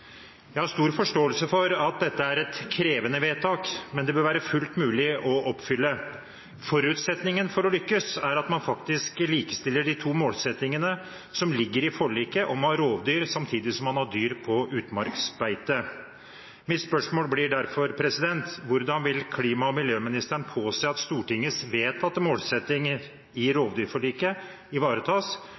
Jeg har stor forståelse for at dette er et krevende vedtak, men det bør være fullt mulig å oppfylle. Forutsetningen for å lykkes er at man faktisk likestiller de to målsettingene som ligger i forliket om å ha rovdyr samtidig som man har dyr på utmarksbeite. Mitt spørsmål blir derfor: Hvordan vil klima- og miljøministeren påse at Stortingets vedtatte målsettinger i rovdyrforliket ivaretas,